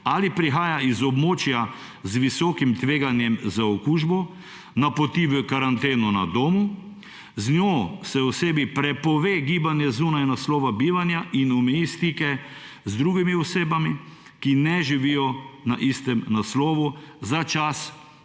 ali prihaja z območja z visokim tveganjem z okužbo, napoti v karanteno na domu, z njo se osebi prepove gibanje zunaj naslova bivanja in omeji stike z drugimi osebami, ki ne živijo na istem naslovu za čas